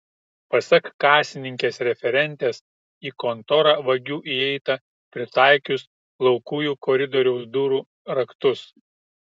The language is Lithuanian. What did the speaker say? pasak kasininkės referentės į kontorą vagių įeita pritaikius laukujų koridoriaus durų raktus